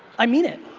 i mean it.